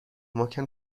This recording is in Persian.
محکم